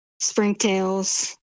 Springtails